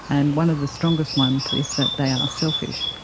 and one of the strongest ones is that they are selfish,